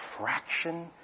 fraction